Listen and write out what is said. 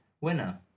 winner